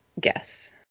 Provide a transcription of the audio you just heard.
guess